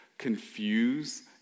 Confuse